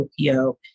OPO